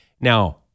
Now